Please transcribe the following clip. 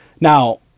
Now